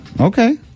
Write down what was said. Okay